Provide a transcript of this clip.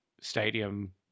stadium